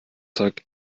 zeug